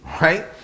right